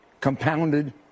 compounded